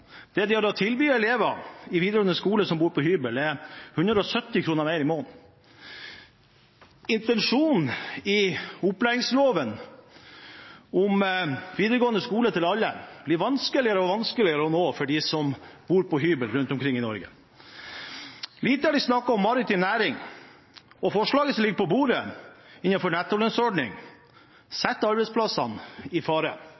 Det de har å tilby elever i videregående skole som bor på hybel, er 170 kr mer i måneden. Intensjonen i opplæringsloven om videregående skole til alle blir vanskeligere og vanskeligere å nå for dem som bor på hybel rundt omkring i Norge. Lite har de snakket om maritim næring, og forslaget som ligger på bordet innenfor nettolønnsordning, setter arbeidsplassene i fare.